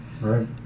Right